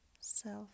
self